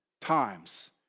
times